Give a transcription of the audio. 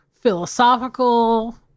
philosophical